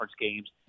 games